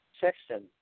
Sexton